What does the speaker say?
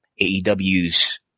AEW's